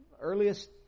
Earliest